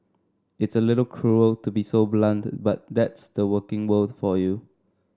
it's a little cruel to be so blunt but that's the working world for you